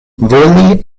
voli